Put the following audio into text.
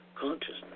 consciousness